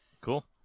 Cool